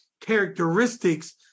characteristics